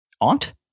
Aunt